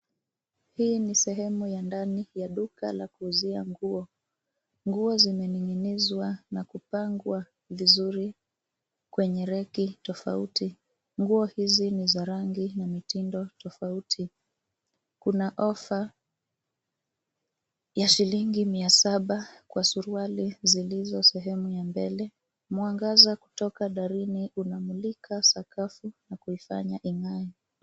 Hii ni sehemu ya ndani ya duka la kuuzia nguo. Nguo zimening'inizwa na kupangwa vizuri kwenye reki tofauti. Nguo hizi ni za rangi na mitindo tofauti. Kuna ofa ya shillingi mia saba kwa suruali zilizo sehemu ya mbele. Mwangaza kutoka darini unamulika sakafu na kuifanya ing'ae.